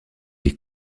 les